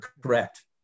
correct